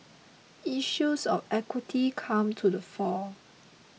issues of equity come to the fore